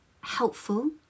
helpful